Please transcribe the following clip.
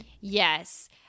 Yes